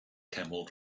camel